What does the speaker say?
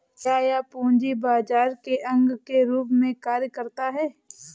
क्या यह पूंजी बाजार के अंग के रूप में कार्य करता है?